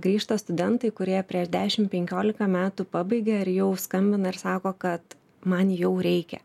grįžta studentai kurie prieš dešim penkioliką metų pabaigė ar jau skambina ir sako kad man jau reikia